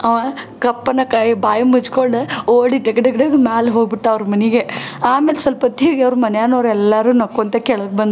ಅವ ಕಪ್ಪನೆ ಕೈ ಬಾಯಿ ಮುಚ್ಕೊಂಡು ಓಡಿ ಡಗ ಡಗ್ ಡಗ್ ಮ್ಯಾಲ ಹೋಗ್ಬಿಟ್ಟ ಅವ್ರ ಮನೆಗೆ ಆಮೇಲೆ ಸ್ವಲ್ಪ ಒತ್ತಿಗೆ ಅವ್ರ ಮನ್ಯಾನೋರು ಎಲ್ಲರೂ ನಕ್ಕೊಳ್ತ ಕೆಳಗೆ ಬಂದ್ರು